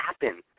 happen